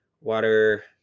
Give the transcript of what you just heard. water